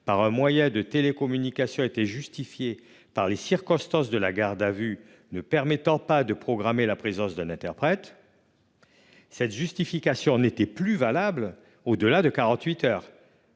par un moyen de télécommunication était justifié par les circonstances de la garde à vue ne permettant pas de programmer la présence d'un interprète, cette justification n'était plus valable au-delà de